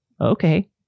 okay